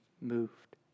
moved